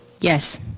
Yes